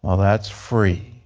ah that's free.